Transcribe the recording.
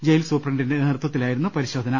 jail സൂപ്രണ്ടിന്റെ നേതൃത്വത്തിലാ യിരുന്നു പരിശോധന